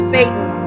Satan